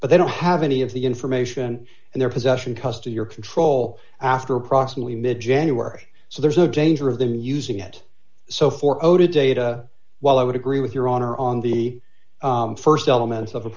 but they don't have any of the information in their possession custody or control after approximately mid january so there's no danger of them using it so for ota data while i would agree with your honor on the st elements of